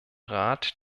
rat